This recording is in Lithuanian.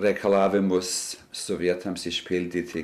reikalavimus sovietams išpildyti